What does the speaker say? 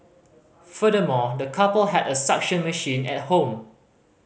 furthermore the couple had a suction machine at home